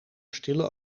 stille